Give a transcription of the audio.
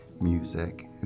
music